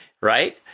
right